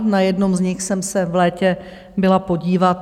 Na jednom z nich jsem se v létě byla podívat.